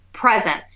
Presence